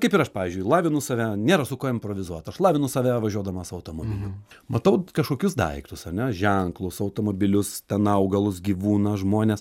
kaip ir aš pavyzdžiui lavinu save nėra su kuo improvizuot aš lavinu save važiuodamas automobiliu matau kažkokius daiktus ar ne ženklus automobilius ten augalus gyvūną žmones